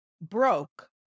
broke